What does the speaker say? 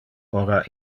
ora